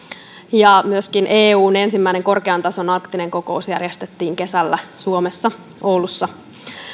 ja myöskin eun ensimmäinen korkean tason arktinen kokous järjestettiin kesällä suomessa oulussa